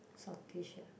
saltish ah